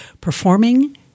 performing